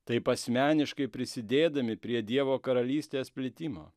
taip asmeniškai prisidėdami prie dievo karalystės plitimo